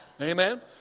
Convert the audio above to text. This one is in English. Amen